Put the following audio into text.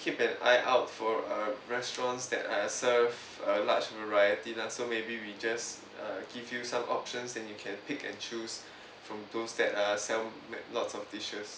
keep an eye out for uh restaurants that uh serve a large variety lah so maybe we just uh give you some options then you can pick and choose from those that err sell make lots of dishes